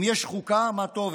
אם יש חוקה מה טוב,